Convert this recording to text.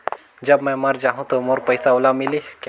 जब मै मर जाहूं तो मोर पइसा ओला मिली?